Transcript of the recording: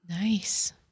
Nice